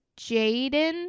Jaden